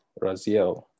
Raziel